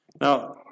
Now